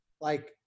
like-